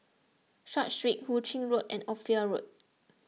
Short Street Hu Ching Road and Ophir Road